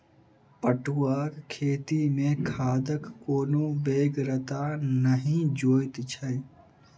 पटुआक खेती मे खादक कोनो बेगरता नहि जोइत छै